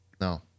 no